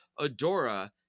Adora